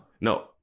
No